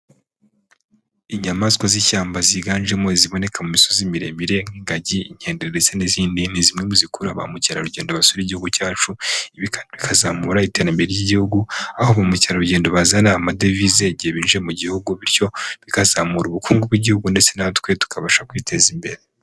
Inyamaswa z'ishyamba ziganjemo iziboneka mu misozi miremire nk'ingagi, inkende ndetse n'izindi, ni zimwe mu zikurura ba mukerarugendo basura igihugu cyacu, bikazamura iterambere ry'igihugu. Aho bamu mukerarugendo bazana amadevizege binjiye mu gihugu, bityo bikazamura ubukungu bw'igihugu ndetse natwe tukabasha kwiteza imbere.